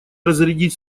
разрядить